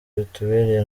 bitubereye